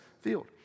field